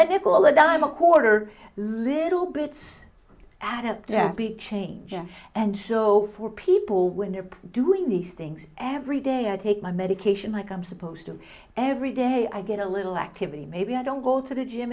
call a dime a quarter little bits add up to happy change and so for people when they're doing these things every day i take my medication like i'm supposed to every day i get a little activity maybe i don't go to the gym